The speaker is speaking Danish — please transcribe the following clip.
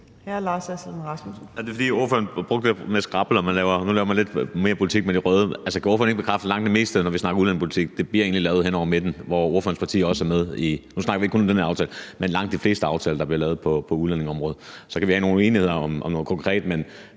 Hr. Lars Aslan Rasmussen.